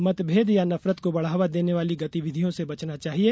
मतभेद या नफरत को बढ़ावा देने वाली गतिविधियों से बचना चाहिए